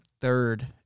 third